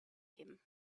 him